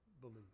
believe